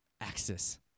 Axis